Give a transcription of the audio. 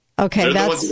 Okay